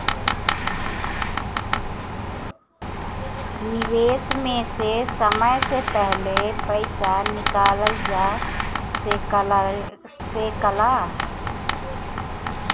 निवेश में से समय से पहले पईसा निकालल जा सेकला?